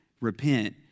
Repent